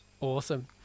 Awesome